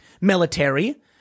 military